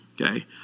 okay